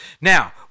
Now